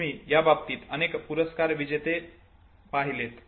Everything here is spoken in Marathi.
तुम्ही याबाबतीत अनेक पुरस्कार विजेते पहिलेत